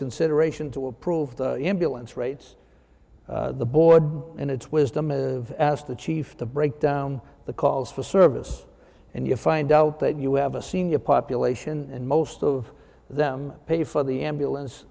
consideration to approve imbalance rates the board in its wisdom of the chief to break down the calls for service and you find out that you have a senior population and most of them pay for the ambulance